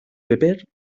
beber